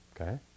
Okay